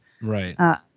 Right